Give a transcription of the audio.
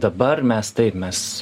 dabar mes taip mes